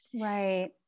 right